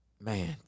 Man